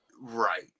Right